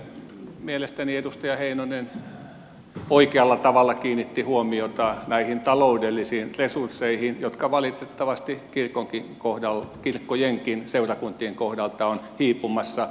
mielestäni edustaja heinonen oikealla tavalla kiinnitti huomiota näihin taloudellisiin resursseihin jotka valitettavasti kirkkojenkin seurakuntien kohdalta ovat hiipumassa